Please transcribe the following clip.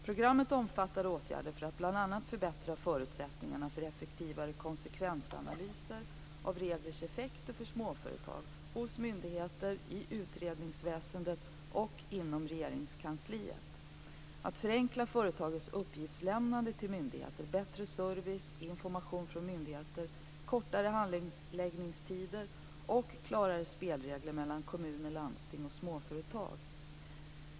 Programmet omfattade åtgärder för att bl.a. förbättra förutsättningar för effektivare konsekvensanalyser av reglers effekter för små företag hos myndigheter, i utredningsväsendet och inom Regeringskansliet, förenkla företagens uppgiftslämnande till myndigheter, bättre service och information från myndigheter, kortare handläggningstider och klarare spelregler mellan kommuner, landsting och småföretag.